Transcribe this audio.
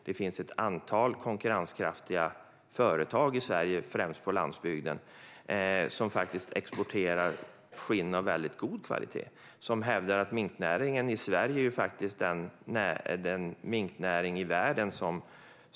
Det finns ett antal konkurrenskraftiga företag i Sverige, främst på landsbygden, som exporterar skinn av väldigt god kvalitet och som hävdar att minknäringen i Sverige är den bästa i världen.